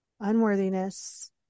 Unworthiness